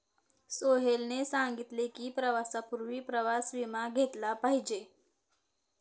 सोहेलने सांगितले की, प्रवासापूर्वी प्रवास विमा घेतला पाहिजे